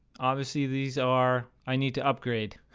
obviously these are. i need to upgrade.